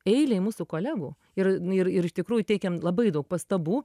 eilei mūsų kolegų ir nu ir ir iš tikrųjų teikiam labai daug pastabų